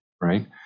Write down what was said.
right